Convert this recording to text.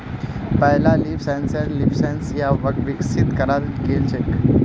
पहला leaf sensor LeafSense स विकसित कराल गेल छेक